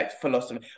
philosophy